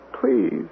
Please